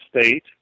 State